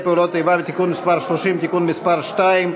פעולות איבה (תיקון מס' 30) (תיקון מס' 2),